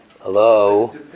Hello